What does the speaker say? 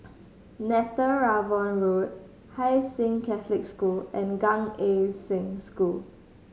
Netheravon Road Hai Sing Catholic School and Gan Eng Seng School